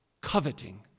coveting